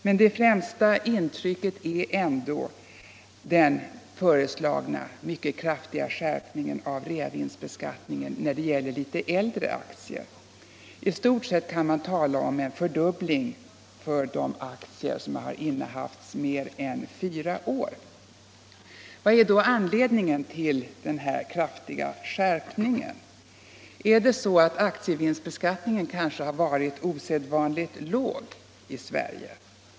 Men det främsta intrycket av förslaget är ändå den föreslagna mycket kraftiga skärpningen av reavinstbeskattningen när det gäller litet äldre aktier. I stort sett kan man tala om en fördubbling för de aktier som innehafts mer än fyra år. Vad är då anledningen till denna kraftiga skärpning? Är det så att aktievinstbeskattningen kanske har varit osedvanligt låg i Sverige?